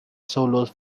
solos